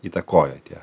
įtakojo tie